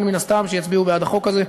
שמן הסתם יצביעו עבור החוק הזה.